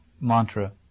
mantra